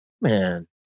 Man